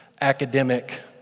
academic